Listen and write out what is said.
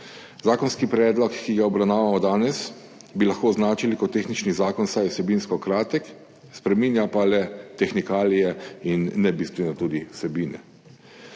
Zakonski predlog, ki ga obravnavamo danes, bi lahko označili kot tehnični zakon, saj je vsebinsko kratek, spreminja pa le tehnikalije in ne bistveno tudi vsebine.